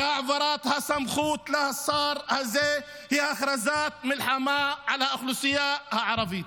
שהעברת הסמכות לשר הזה היא הכרזת מלחמה על האוכלוסייה הערבית.